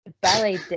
ballet